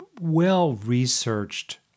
well-researched